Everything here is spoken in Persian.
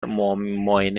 معاینه